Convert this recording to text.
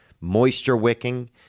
moisture-wicking